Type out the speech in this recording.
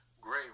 Great